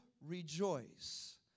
rejoice